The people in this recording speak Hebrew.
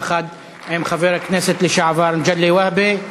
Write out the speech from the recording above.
יחד עם חבר הכנסת לשעבר מגלי והבה.